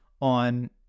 on